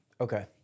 Okay